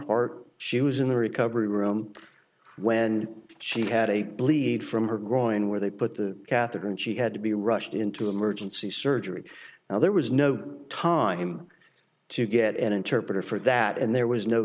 heart she was in the recovery room when she had a bleed from her growing where they put the catheter and she had to be rushed into emergency surgery now there was no time to get an interpreter for that and there was no